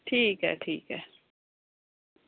ठीक ऐ ठीक ऐ